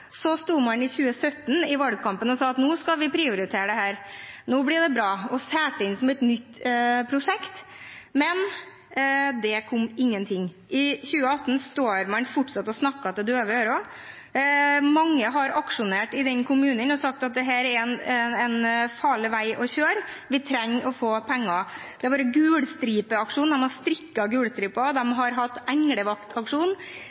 Så sto man i valgkampen i 2017 og sa at nå skulle man prioritere dette – nå blir det bra – og solgte det inn som et nytt prosjekt. Men det kom ingenting. I 2018 står man fortsatt og snakker for døve ører. Mange har aksjonert i kommunen og sagt at dette er en farlig vei å kjøre på, og at de trenger penger. Det har vært gulstripeaksjon, de har strikket gule striper, og de har hatt englevaktaksjon, men Gud har vel dessverre ikke hørt dem